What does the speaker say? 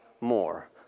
more